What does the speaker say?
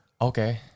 Okay